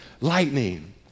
lightning